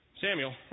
Samuel